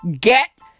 Get